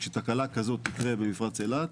ושתקלה כזאת תקרה במפרץ אילת,